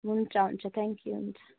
हुन्छ हुन्छ thank you हुन्छ